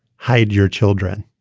hide your children